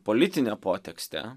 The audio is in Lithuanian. politinė potekstė